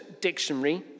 Dictionary